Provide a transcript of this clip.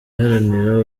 iharanira